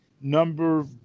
number